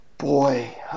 Boy